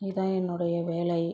இதான் என்னுடைய வேலை